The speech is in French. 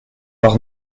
par